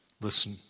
listen